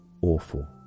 awful